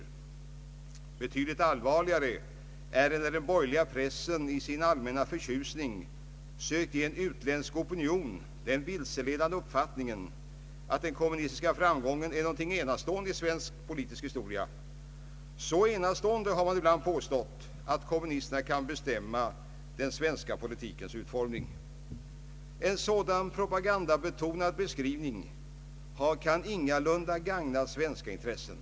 Det är betydligt allvarligare när den borgerliga pressen i sin allmänna förtjusning sökt ge en utländsk opinion den vilseledande uppfattningen att den kommunistiska framgången är något enastående i svensk politisk historia — så enastående, har man ibland påstått, att kommunisterna kan bestämma den svenska politikens utformning. En sådan propagandabetonad beskrivning kan ingalunda gagna svenska intressen.